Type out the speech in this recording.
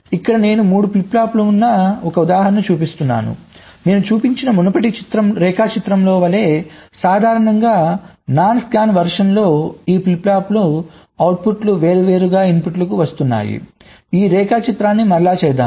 ఇక్కడ నేను 3 ఫ్లిప్ ఫ్లాప్లు ఉన్న ఒక ఉదాహరణను చూపిస్తున్నాను నేను చూపించిన మునుపటి రేఖాచిత్రంలో వలెసాధారణంగా నాన్ స్కాన్ వెర్షన్లో ఈ ఫ్లిప్ ఫ్లాప్ అవుట్పుట్లు నేరుగా ఇన్పుట్కు వస్తున్నాయి ఈ రేఖాచిత్రాన్ని మరలా చేద్దాము